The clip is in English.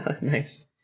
Nice